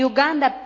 Uganda